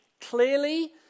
clearly